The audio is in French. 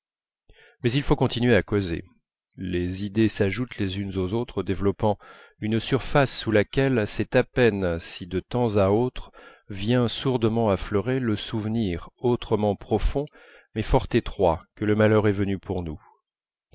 mais il faut continuer à causer les idées s'ajoutent les unes aux autres développant une surface sous laquelle c'est à peine si de temps à autre vient sourdement affleurer le souvenir autrement profond mais fort étroit que le malheur est venu pour nous